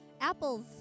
apples